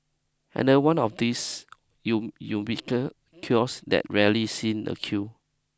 and no one of these you kiosks that rarely seen a queue